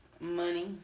Money